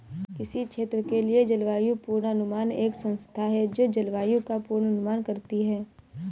किसी क्षेत्र के लिए जलवायु पूर्वानुमान एक संस्था है जो जलवायु का पूर्वानुमान करती है